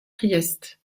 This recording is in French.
priest